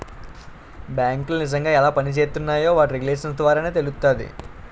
బేంకులు నిజంగా ఎలా పనిజేత్తున్నాయో వాటి రెగ్యులేషన్స్ ద్వారానే తెలుత్తాది